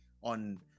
on